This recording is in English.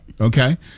Okay